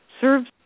serves